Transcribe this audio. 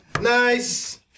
Nice